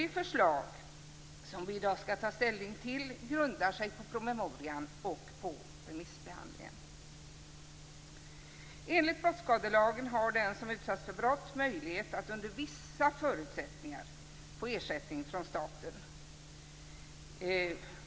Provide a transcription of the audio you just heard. De förslag som vi i dag skall ta ställning till grundar sig på promemorian och på remissbehandlingen. Enligt brottsskadelagen har den som utsatts för brott möjlighet att under vissa förutsättningar få ersättning från staten.